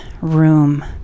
room